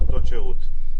עמותת שירות.